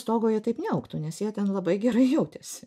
stogo jie taip neaugtų nes jie ten labai gerai jautėsi